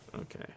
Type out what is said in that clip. Okay